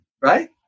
right